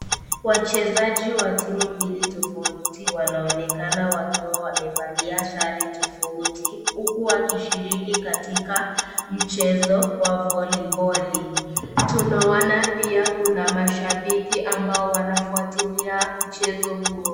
Wachezaji wa timu tofauti wanaonekana wakivalia sare tofauti huku akishiriki katika mchezo wa foliboli tunaona pia Kuna mashabiki ambao wanafuatilia mchezo huo.